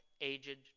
aged